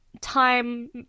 time